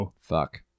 Fuck